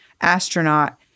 astronaut